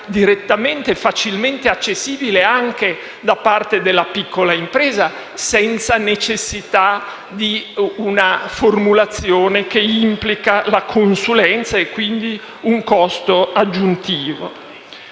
direttamente e facilmente accessibile anche da parte della piccola e media impresa, senza necessità di una formulazione che implichi la consulenza e quindi un costo aggiuntivo.